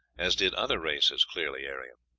as did other races clearly aryan.